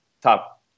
top